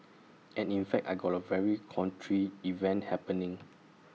and in fact I got A very contrary event happening